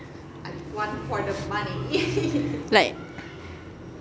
like